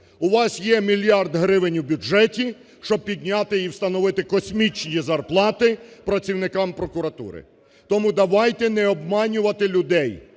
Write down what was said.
У вас є мільярд гривень у бюджеті, щоб підняти і встановити "космічні" зарплати працівникам прокуратури. Тому давайте не обманювали людей.